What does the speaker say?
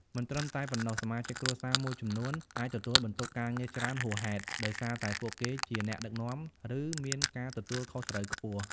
មិនត្រឹមតែប៉ុណ្ណោះ សមាជិកគ្រួសារមួយចំនួនអាចទទួលបន្ទុកការងារច្រើនហួសហេតុ ដោយសារតែពួកគេជាអ្នកដឹកនាំ ឬមានការទទួលខុសត្រូវខ្ពស់។